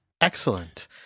Excellent